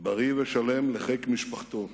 בריא ושלם לחיק משפחתו,